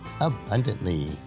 abundantly